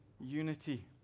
unity